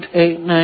89 0